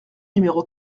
numéro